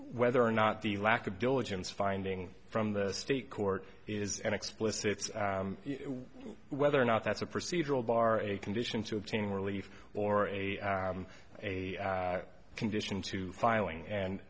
whether or not the lack of diligence finding from the state court is an explicit whether or not that's a procedural bar a condition to obtain relief or a a condition to filing and